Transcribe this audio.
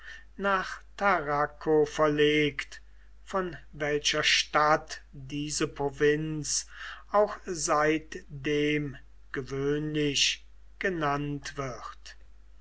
nach tarraco verlegt von welcher stadt diese provinz auch seitdem gewöhnlich genannt wird